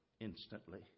instantly